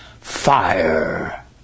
fire